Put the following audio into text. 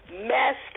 messed